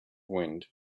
wind